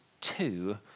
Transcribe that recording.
two